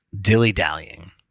Dilly-dallying